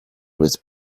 was